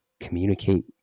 communicate